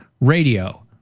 Radio